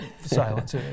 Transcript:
silence